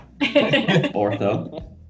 Ortho